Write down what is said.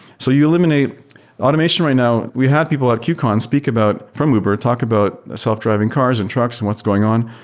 so you eliminate automation right now, we had people at qcon speak about from uber talk about self-driving cars and trucks and what's going on.